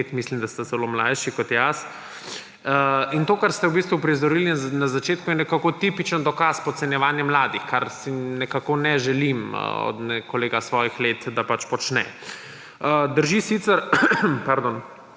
mislim, da ste celo mlajši kot jaz. In to, kar ste v bistvu uprizorili na začetku, je nekako tipičen dokaz podcenjevanja mladih, kar si nekako ne želim od kolega svojih let, da pač počne. Drži sicer, da